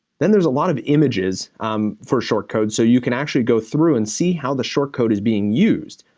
then there's a lot of images um for short codes, so you can actually go through and see how the short code is being used,